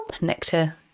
nectar